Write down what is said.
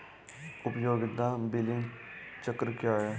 उपयोगिता बिलिंग चक्र क्या है?